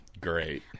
Great